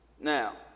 Now